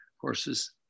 courses